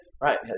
Right